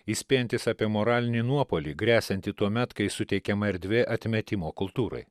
įspėjantis apie moralinį nuopuolį gresiantį tuomet kai suteikiama erdvė atmetimo kultūrai